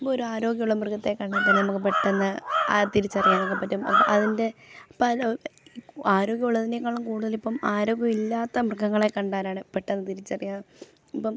ഇപ്പോൾ ഒരു ആരോഗ്യമുള്ള മൃഗത്തെ കണ്ടാൽ തന്നെ നമുക്ക് പെട്ടെന്ന് തിരിച്ചറിയാനൊക്കെ പറ്റും അത് അതിൻ്റെ ആരോഗ്യോള്ളതിനേക്കാളും കൂടുതലിപ്പം ആരോഗ്യം ഇല്ലാത്ത മൃഗങ്ങളെ കണ്ടാലാണ് പെട്ടെന്ന് തിരിച്ചറിയാൻ ഇപ്പം